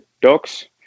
dogs